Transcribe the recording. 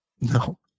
No